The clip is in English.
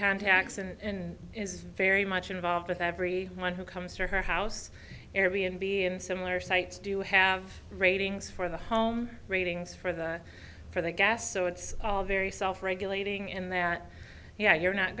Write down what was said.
contacts and is very much involved with every one who comes to her house air b n b and similar sites do have ratings for the home ratings for the for the gas so it's all very self regulating in there yeah you're not